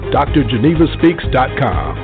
drgenevaspeaks.com